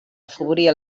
afavorir